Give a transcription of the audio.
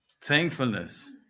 thankfulness